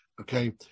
Okay